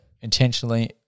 intentionally